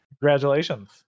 Congratulations